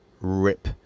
rip